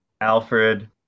Alfred